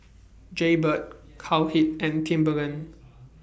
Jaybird Cowhead and Timberland